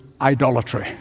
idolatry